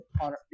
on